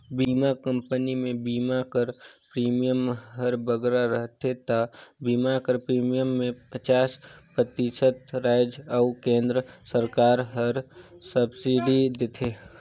बीमा कंपनी में बीमा कर प्रीमियम हर बगरा रहथे ता बीमा कर प्रीमियम में पचास परतिसत राएज अउ केन्द्र सरकार हर सब्सिडी देथे